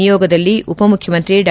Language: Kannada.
ನಿಯೋಗದಲ್ಲಿ ಉಪ ಮುಖ್ಯಮಂತ್ರಿ ಡಾ